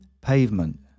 Pavement